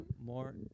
more